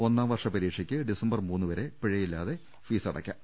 ഒന്നാം വർഷ പരീക്ഷയ്ക്ക് ഡിസംബർ മൂന്നുവരെ പിഴയില്ലാതെ ഫീസടയ്ക്കാം